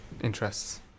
interests